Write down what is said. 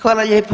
Hvala lijepa.